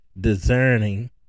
discerning